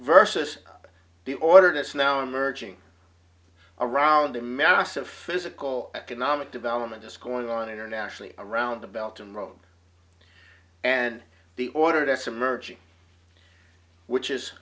versus the ordered it's now emerging around a massive physical economic development is going on internationally around the belt and rome and the order that's emerging which is